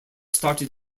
started